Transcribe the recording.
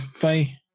bye